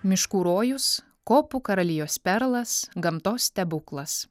miškų rojus kopų karalijos perlas gamtos stebuklas